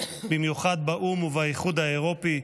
ובמיוחד באו"ם ובאיחוד האירופי.